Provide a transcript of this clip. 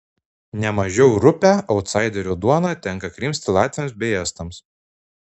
ne mažiau rupią autsaiderių duoną tenka krimsti latviams bei estams